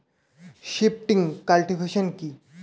Shifting cultivation কি?